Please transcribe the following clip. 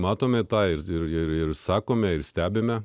matome tai ir ir sakome ir stebime